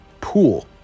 pool